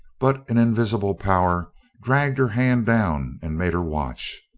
but an invisible power dragged her hand down and made her watch.